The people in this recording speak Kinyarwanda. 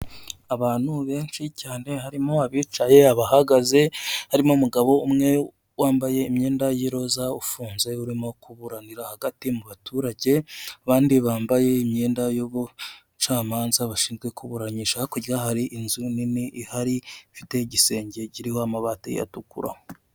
Abantu benshi cyane harimo abicaye, abahagaze harimo umugabo umwe wambaye imyenda y'iroza ufunze urimo kuburanira hagati mu baturage, abandi bambaye imyenda y'ubucamanza bashinzwe kuburanisha hakurya hari inzu nini ihari ifite igisenge kiriho amabati atukura.